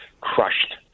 crushed